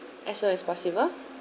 as soon as possible